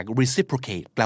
reciprocate